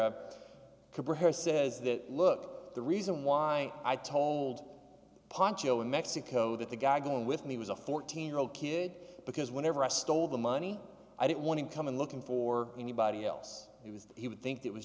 that look the reason why i told poncho in mexico that the guy going with me was a fourteen year old kid because whenever i stole the money i didn't want to come in looking for anybody else he was he would think it was